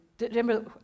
Remember